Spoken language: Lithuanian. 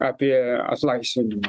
apie atlaisvinimą